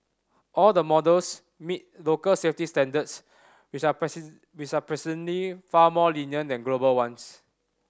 all the models meet local safety standards which are which are presently far more lenient than global ones